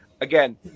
again